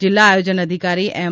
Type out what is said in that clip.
જીલ્લા આયોજન અધિકારી એમ